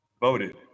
voted